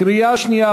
קריאה שנייה,